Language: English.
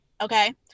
Okay